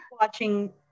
watching